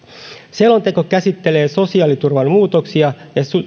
selonteko käsittelee sosiaaliturvan muutoksia ja